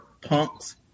Punk's